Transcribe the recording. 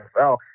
nfl